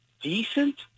decent